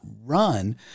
run